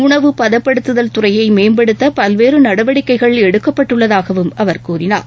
உணவுப் பதப்படுத்துதல் துறையை மேம்படுத்த பல்வேறு நடவடிக்கைகள் எடுக்கப்பட்டுள்ளதாகவும் அவர் கூறினார்